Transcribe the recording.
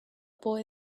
boy